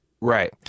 Right